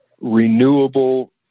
renewable